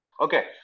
Okay